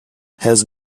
has